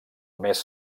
mes